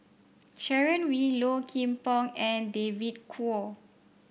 Sharon Wee Low Kim Pong and David Kwo